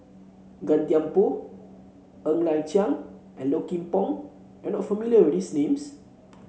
Gan Thiam Poh Ng Liang Chiang and Low Kim Pong are not familiar with these names